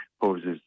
poses